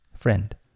Friend